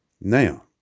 now